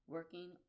working